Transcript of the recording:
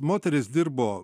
moteris dirbo